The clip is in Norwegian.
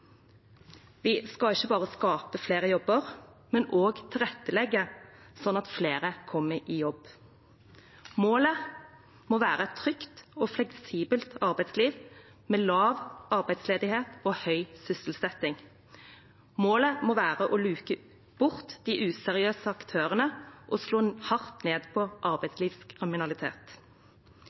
Vi skal ikke bare skape flere jobber, men også tilrettelegge for at flere kommer i jobb. Målet må være et trygt og fleksibelt arbeidsliv, med lav arbeidsledighet og høy sysselsetting. Målet må være å luke bort de useriøse aktørene og slå hardt ned på arbeidslivskriminalitet.